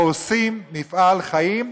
הורסים מפעל חיים,